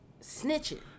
snitching